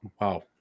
Wow